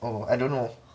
oh I don't know